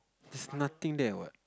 there's nothing there what